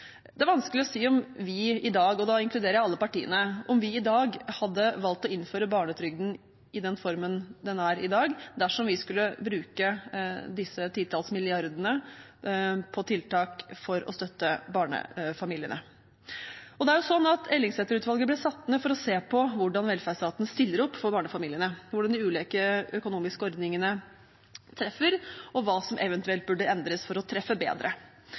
Det er vanskelig å si om vi i dag – og da inkluderer jeg alle partiene – hadde valgt å innføre barnetrygden i den formen den er i dag, dersom vi skulle bruke disse titalls milliardene på tiltak for å støtte barnefamiliene. Ellingsæter-utvalget ble satt ned for å se på hvordan velferdsstaten stiller opp for barnefamiliene, hvordan de ulike økonomiske ordningene treffer, og hva som eventuelt burde endres for å treffe bedre.